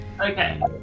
Okay